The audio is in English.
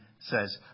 says